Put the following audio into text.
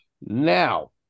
Now